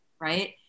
right